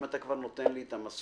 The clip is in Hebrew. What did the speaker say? אם אתה כבר נותן לי את המסלול,